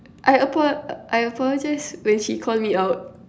I apo~ I apologize when she called me out